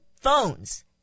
phones